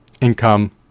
income